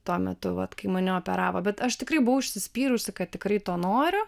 tuo metu vat kai mane operavo bet aš tikrai buvau užsispyrusi kad tikrai to noriu